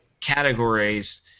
categories